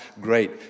great